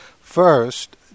First